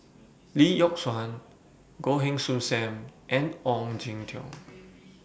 Lee Yock Suan Goh Heng Soon SAM and Ong Jin Teong